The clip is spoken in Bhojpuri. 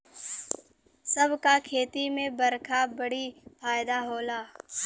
सब क खेती में बरखा बड़ी फायदा होला